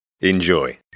Enjoy